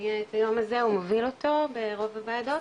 שהניע את היום הזה ומוביל אותו ברוב הוועדות.